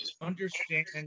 understand